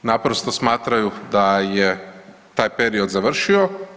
Naprosto smatraju da je taj period završio.